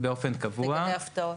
תגלה הפתעות.